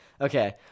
okay